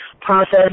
process